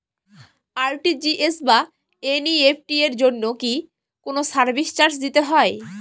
RTGS বা NEFT এর জন্য কি কোনো সার্ভিস চার্জ দিতে হয়?